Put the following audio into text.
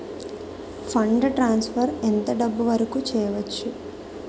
Fund transfer ఎంత డబ్బు వరుకు చేయవచ్చు?